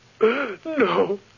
No